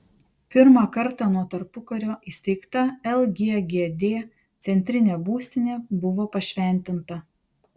pirmą kartą nuo tarpukario įsteigta lggd centrinė būstinė buvo pašventinta